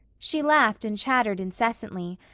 she laughed and chattered incessantly,